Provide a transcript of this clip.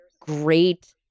great